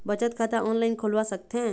बचत खाता ऑनलाइन खोलवा सकथें?